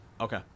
okay